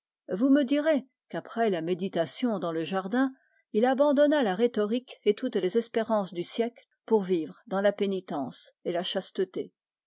vous me direz qu'après la méditation dans le jardin il abandonna la rhétorique et toutes les espérances du siècle pour vivre dans la pénitence et la chasteté